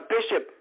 Bishop